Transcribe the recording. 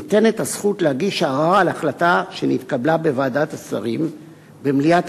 ניתנת הזכות להגיש ערר על החלטה שנתקבלה בוועדת השרים במליאת